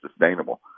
sustainable